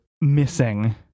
missing